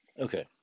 Okay